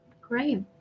Great